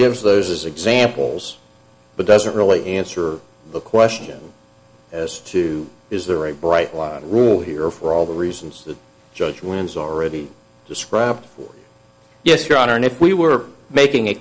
gives those as examples but doesn't really answer the question as to is there a bright line rule here for all the reasons the judge wins already described yes your honor and if we were making a